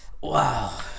Wow